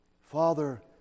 Father